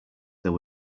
there